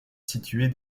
situés